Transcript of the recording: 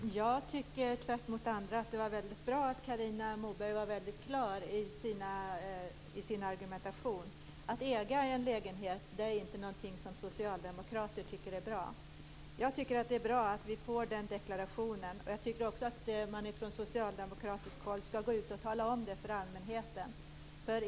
Fru talman! Jag anser tvärtemot andra att det var bra att Carina Moberg var väldigt klar i sin argumentation. Jag menar att det är bra att vi fått deklarationen att socialdemokrater inte tycker att det är bra att äga en lägenhet. Jag tycker att man från socialdemokratiskt håll också skall tala om det för allmänheten.